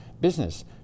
business